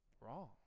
Wrong